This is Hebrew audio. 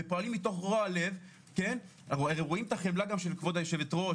ופועלים מתוך רוע לב רואים גם את החמלה של כבוד היושבת-ראש.